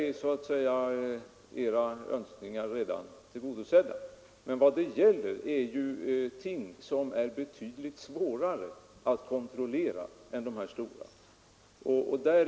På den punkten är alltså era önskningar tillgodosedda. Vad problemet gäller är emellertid ting som är betydligt svårare att kontrollera än de här stora föremålen.